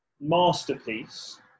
masterpiece